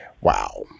Wow